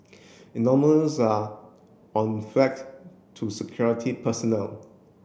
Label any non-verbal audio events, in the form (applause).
(unintelligible) are (unintelligible) flagged to security personnel